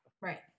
Right